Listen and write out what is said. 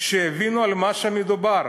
שיבינו על מה מדובר.